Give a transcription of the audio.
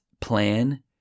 plan